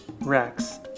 Rex